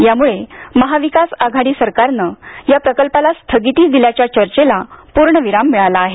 यामुळे महाविकास आघाडी सरकारनं या प्रकल्पाला स्थगिती दिल्याच्या चर्चेला पूर्णविराम मिळाला आहे